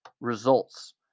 Results